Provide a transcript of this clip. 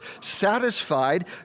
satisfied